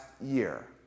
year